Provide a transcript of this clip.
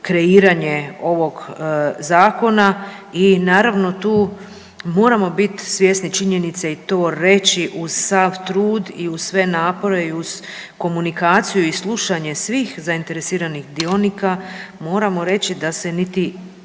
kreiranje ovog zakona i naravno tu moramo biti svjesni činjenice i to reći uz sav trud i uz sve napore i uz komunikaciju i slušanje svih zainteresiranih dionika moramo reći da se niti